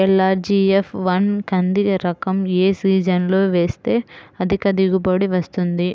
LRG four one కంది రకం ఏ సీజన్లో వేస్తె అధిక దిగుబడి వస్తుంది?